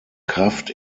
kraft